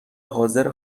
حاضر